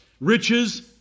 riches